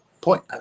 point